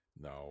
No